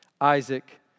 Isaac